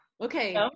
Okay